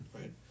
right